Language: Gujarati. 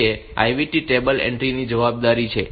તેથી તે IVT ટેબલ એન્ટ્રીની જવાબદારી છે